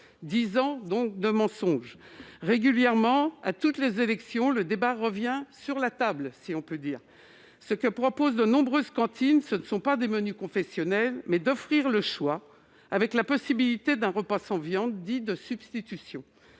Dix ans de mensonges, donc ! Régulièrement, à toutes les élections, le débat revient sur la table, si je puis dire. Ce que proposent de nombreuses cantines, ce ne sont pas des menus confessionnels, mais un choix : la possibilité d'un repas sans viande, dit « de substitution